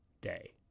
day